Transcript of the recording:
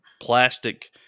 plastic